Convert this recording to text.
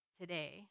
today